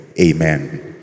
amen